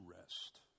rest